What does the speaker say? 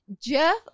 Jeff